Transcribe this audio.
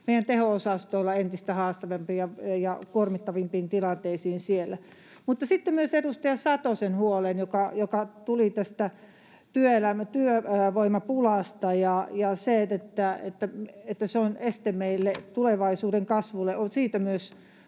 meidän teho-osastoilla entistä haastavampiin ja kuormittavampiin tilanteisiin. Mutta sitten myös edustaja Satosen huoleen, joka tuli tästä työvoimapulasta, että se on este meidän tulevaisuuden kasvulle.